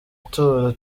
ituro